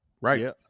right